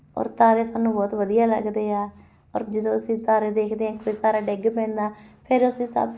ਔਰ ਤਾਰੇ ਸਾਨੂੰ ਬਹੁਤ ਵਧੀਆ ਲੱਗਦੇ ਆ ਔਰ ਜਦੋਂ ਅਸੀਂ ਤਾਰੇ ਦੇਖਦੇ ਆ ਕੋਈ ਤਾਰਾ ਡਿੱਗ ਪੈਂਦਾ ਫਿਰ ਅਸੀਂ ਸਭ